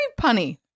punny